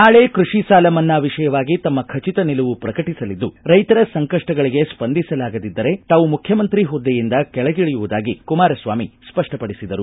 ನಾಳೆ ಕೃಷಿ ಸಾಲ ಮನ್ನಾ ವಿಷಯವಾಗಿ ತಮ್ಮ ಖಚಿತ ನಿಲುವು ಪ್ರಕಟಸಲಿದ್ದು ರೈತರ ಸಂಕಷ್ಟಗಳಿಗೆ ಸ್ಪಂದಿಸಲಾಗದಿದ್ದರೆ ತಾವು ಮುಖ್ಯಮಂತ್ರಿ ಹುದ್ದೆಯಿಂದ ಕೆಳಗಿಳಿಯುವುದಾಗಿ ಕುಮಾರಸ್ವಾಮಿ ಸ್ಪಷ್ಟ ಪಡಿಸಿದರು